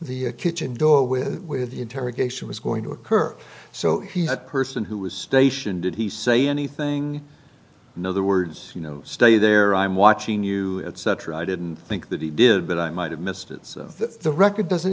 the kitchen door with where the interrogation was going to occur so he had person who was stationed did he say anything know the words you know stay there i'm watching you set or i didn't think that he did but i might have missed it so that the record doesn't